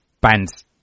bands